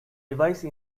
device